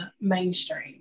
mainstream